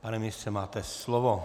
Pane ministře, máte slovo.